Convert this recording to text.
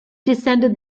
descended